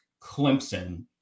Clemson